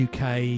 UK